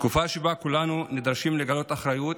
תקופה שבה כולנו נדרשים לגלות אחריות,